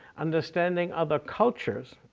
understanding other cultures,